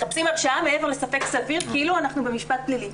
מחפשים הרשעה מעבר לספק סביר כאילו אנחנו במשפט פלילי.